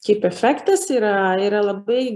kaip efektas yra yra labai